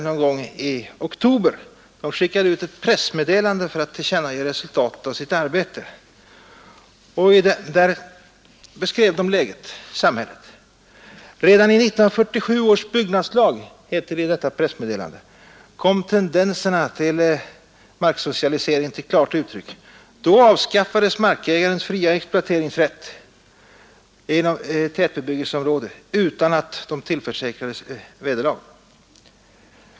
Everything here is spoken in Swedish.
Någon gång i oktober skickades det ut ett pressmeddelande för att tillkännage resultatet av dess arbete. Där beskrevs läget i samhället så: ”Redan i 1947 års byggnadslag kom dessa tendenser” =— till marksocialisering — ”till klart uttryck. Då avskaffades markägares fria exploateringsrätt inom tätbebyggelseområde utan att de tillförsäkrades vederlag.